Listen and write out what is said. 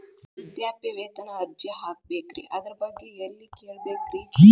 ವೃದ್ಧಾಪ್ಯವೇತನ ಅರ್ಜಿ ಹಾಕಬೇಕ್ರಿ ಅದರ ಬಗ್ಗೆ ಎಲ್ಲಿ ಕೇಳಬೇಕ್ರಿ?